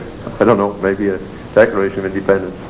i don't know, maybe a declaration of independence.